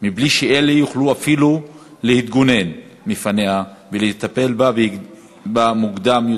בלי שאלה יוכלו אפילו להתגונן מפניה ולטפל בה בשלב מוקדם.